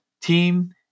Team